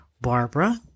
Barbara